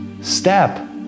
step